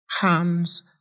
hands